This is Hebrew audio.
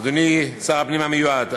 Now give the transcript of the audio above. אדוני שר הפנים המיועד,